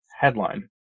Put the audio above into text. headline